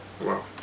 wow